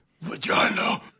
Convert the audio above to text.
Vagina